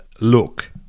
look